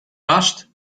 rushed